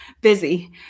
busy